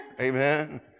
Amen